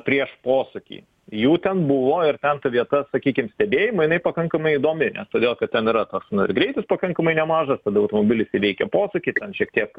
prieš posūkį jų ten buvo ir ten ta vieta sakykim stebėjimui jinai pakankamai įdomi nes todėl kad ten yra toks nu ir greitis pakankamai nemažas tada automobilis įveikia posūkį šiek tiek